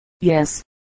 yes